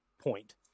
point